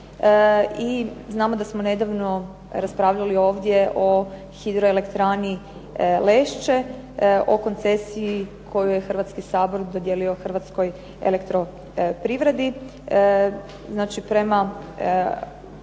I znamo da smo nedavno raspravljali ovdje o hidroelektrani "Lešće", o koncesiji koju je Hrvatski sabor dodijelio Hrvatskoj elektroprivredi. Znači prema